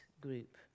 group